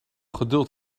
geduld